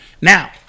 Now